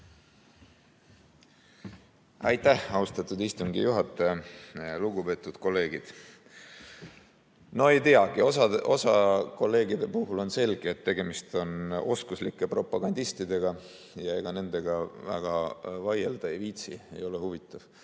palun! Austatud istungi juhataja! Lugupeetud kolleegid! No ei teagi. Osa kolleegide puhul on selge, et tegemist on oskuslike propagandistidega ja ega nendega väga vaielda ei viitsi, ei ole huvitav.